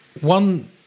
One